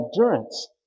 endurance